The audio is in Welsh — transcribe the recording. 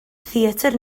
theatr